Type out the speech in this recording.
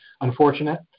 unfortunate